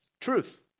truth